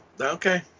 Okay